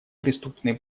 преступные